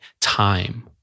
time